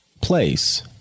place